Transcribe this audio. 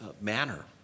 manner